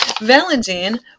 valentine